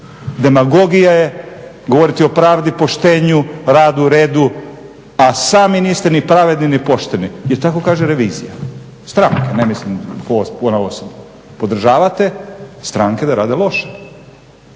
Demagogija je govoriti o pravdi, poštenju, radu, redu a sami niste ni pravedni ni pošteni jer tako kaže revizija, stranke ne mislim po na osobno. Podržavate stranke da rade loše